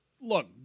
look